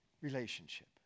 relationship